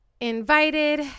invited